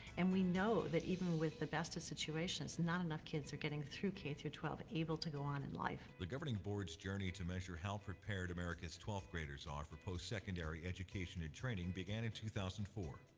and we know that even with the best of situations, not enough kids are getting through k through twelve able to go on in life. the governing board's journey to measure how prepared america's twelfth graders are for post-secondary education and training began in two thousand and four.